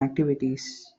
activities